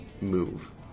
move